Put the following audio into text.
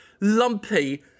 lumpy